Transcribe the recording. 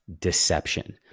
deception